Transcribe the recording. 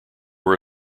were